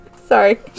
sorry